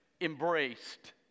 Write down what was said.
embraced